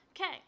Okay